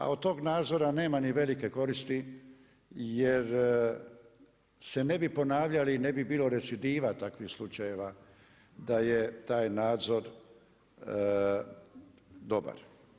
A od tog nadzora nema ni velike koristi jer se ne bi ponavljali i ne bi bilo recidiva takvih slučajeva da je taj nadzor dobar.